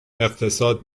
اقتصاد